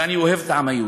ואני אוהב את העם היהודי.